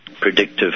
Predictive